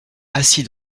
assis